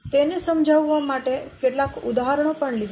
તેને સમજાવવા માટે કેટલાક ઉદાહરણો પણ લીધા